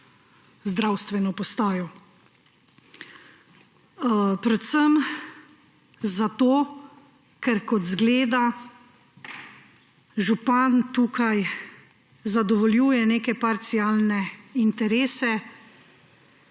zdravstveno postajo. Predvsem zato, ker kot izgleda, župan tukaj zadovoljuje neke parcialne interese,